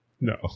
No